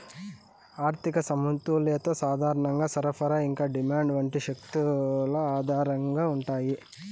ఆర్థిక సమతుల్యత సాధారణంగా సరఫరా ఇంకా డిమాండ్ వంటి శక్తుల ఆధారంగా ఉంటాయి